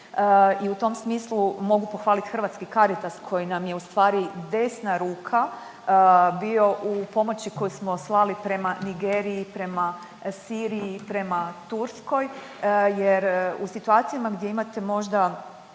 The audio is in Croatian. i u tom smislu mogu pohvaliti Hrvatski Caritas koji nam je ustvari desna ruka bio u pomoći koju smo slali prema Nigeriji, prema Siriji, prema Turskoj jer u situacijama gdje imate možda